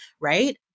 right